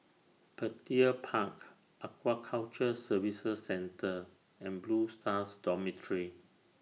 Petir Park Aquaculture Services Centre and Blue Stars Dormitory